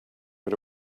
but